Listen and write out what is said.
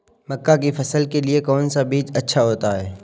मक्का की फसल के लिए कौन सा बीज अच्छा होता है?